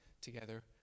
together